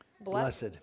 Blessed